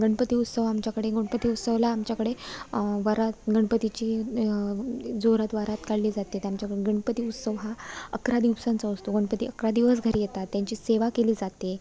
गणपती उत्सव आमच्याकडे गणपती उत्सवाला आमच्याकडे वरात गणपतीची जोरात वरात काढली जाते गणपती उत्सव हा अकरा दिवसांचा असतो गणपती अकरा दिवस घरी येतात त्यांची सेवा केली जाते